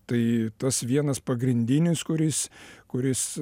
tai tas vienas pagrindinis kuris kuris